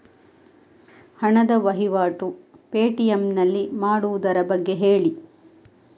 ಹಣದ ವಹಿವಾಟು ಪೇ.ಟಿ.ಎಂ ನಲ್ಲಿ ಮಾಡುವುದರ ಬಗ್ಗೆ ಹೇಳಿ